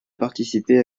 participé